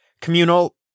communal